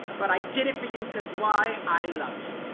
but i did it for you, cause why, i love you.